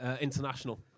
International